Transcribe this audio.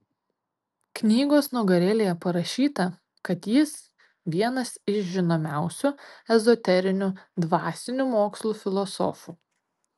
knygos nugarėlėje parašyta kad jis vienas iš žinomiausių ezoterinių dvasinių mokslų filosofų